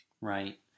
Right